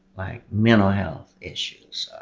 like mental health issues,